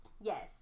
Yes